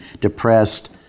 depressed